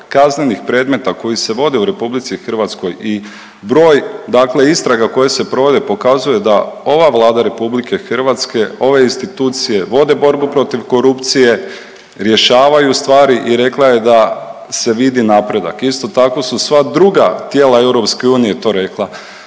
kaznenih predmeta koji se vode u RH i broj dakle istraga koje se provode pokazuje da ova Vlada RH, ove institucije vode borbu protiv korupcije, rješavaju stvari i rekla je da se vidi napredak. Isto tako su sva druga tijela EU to rekla.